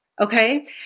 okay